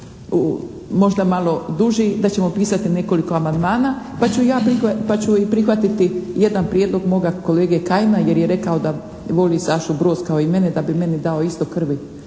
možda malo duži, da ćemo pisati nekoliko amandmana pa ću i prihvatiti jedan prijedlog moga kolege Kajin jer je rekao da voli Sašu Broz kao i mene, da bi meni dao isto krvi